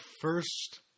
first